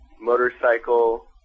motorcycle